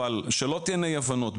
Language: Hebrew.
אבל שלא תהיינה אי הבנות,